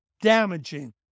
damaging